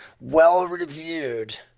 well-reviewed